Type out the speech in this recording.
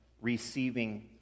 receiving